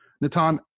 Natan